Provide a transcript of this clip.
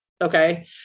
Okay